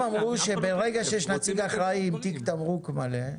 הם אמרו שברגע שיש נציג אחראי עם תיק תמרוק מלא,